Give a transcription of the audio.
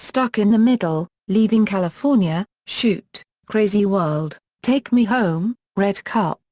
stuck in the middle, leaving california, shoot, crazy world, take me home, red cup,